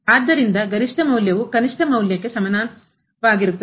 ಆದ್ದರಿಂದ ಗರಿಷ್ಠ ಮೌಲ್ಯವು ಕನಿಷ್ಠ ಮೌಲ್ಯಕ್ಕೆ ಸಮಾನವಾಗಿರುತ್ತದೆ